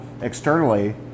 externally